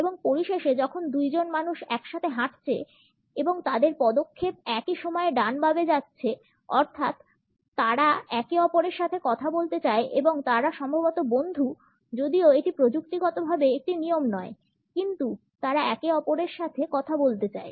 এবং পরিশেষে যখন দুইজন মানুষ একসাথে হাঁটছে এবং তাদের পদক্ষেপ একই সময়ে ডান বামে যাচ্ছে অর্থাৎ তারা একে অপরের সাথে কথা বলতে চায় এবং তারা সম্ভবত বন্ধু যদিও এটি প্রযুক্তিগতভাবে একটি নিয়ম নয় কিন্তু তারা একে অপরের সাথে কথা বলতে চায়